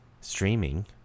streaming